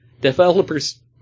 developers